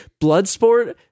Bloodsport